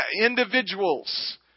individuals